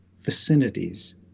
vicinities